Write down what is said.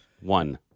one